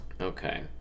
Okay